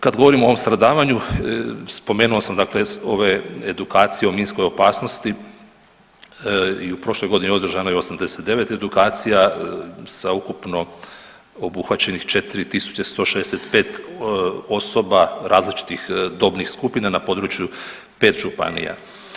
Kad govorimo o ovom stradavanju spomenuo sam dakle ove edukacije o minskoj opasnosti i u prošloj godini održano je 89 edukacija sa ukupno obuhvaćenih 4165 osoba različitih dobnih skupina na području 5 županija.